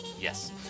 Yes